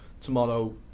tomorrow